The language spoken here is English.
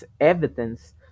evidence